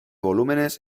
volúmenes